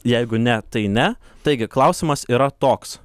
jeigu ne tai ne taigi klausimas yra toks